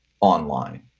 online